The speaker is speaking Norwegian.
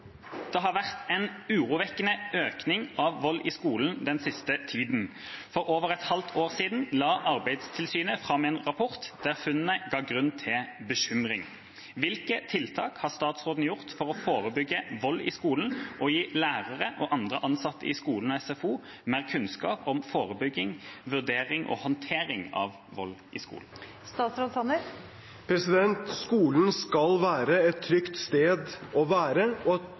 har vært en urovekkende økning av vold i skolen den siste tiden. For over et halvt år siden la Arbeidstilsynet fram en rapport, der funnene gav grunn til bekymring. Hvilke tiltak har statsråden gjort for å forebygge vold i skolen og gi lærere og andre ansatte i skolen og SFO mer kunnskap om forebygging, vurdering og håndtering av vold i skolen?» Skolen skal være et